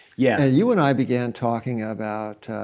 yeah and you and i began talking about